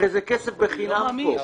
הרי זה כסף בחינם כאן.